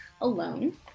alone